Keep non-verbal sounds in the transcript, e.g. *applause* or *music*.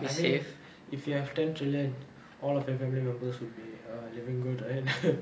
I mean if you have ten trillion all of your family members would be err living good right *laughs*